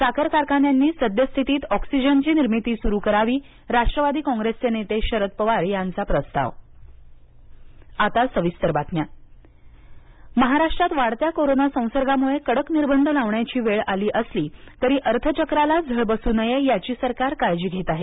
साखर कारखान्यांनी सद्यस्थितीत ऑक्सिजनची निर्मिती सुरु करावी राष्ट्रवादी काँप्रेसचे नेते शरद पवार यांचा प्रस्ताव ठाकरे मोदी बैठक महाराष्ट्रात वाढत्या कोरोना संसर्गामुळे कडक निर्बंध लावण्याची वेळ आली असली तरी अर्थचक्राला झळ बसू नये याची सरकार काळजी घेत आहे